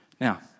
Now